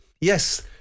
Yes